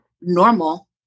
normal